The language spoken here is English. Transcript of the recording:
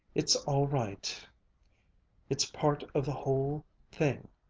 it's all right it's part of the whole thing